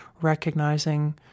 recognizing